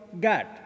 God